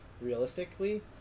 realistically